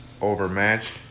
overmatched